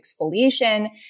exfoliation